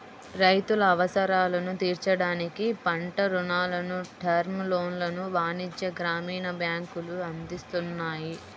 రైతుల అవసరాలను తీర్చడానికి పంట రుణాలను, టర్మ్ లోన్లను వాణిజ్య, గ్రామీణ బ్యాంకులు అందిస్తున్నాయి